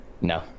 no